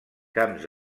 camps